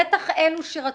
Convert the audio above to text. בטח אלה שרצחו,